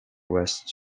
west